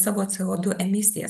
savo co du emisijas